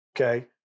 Okay